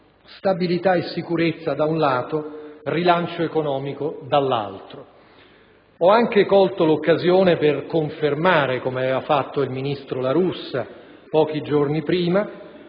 stabilità e sicurezza da un lato, rilancio economico dall'altro. Ho anche colto l'occasione per confermare, come aveva fatto il ministro La Russa pochi giorni prima,